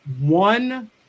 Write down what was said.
one